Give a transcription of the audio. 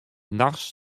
nachts